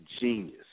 genius